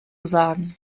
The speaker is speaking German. sagen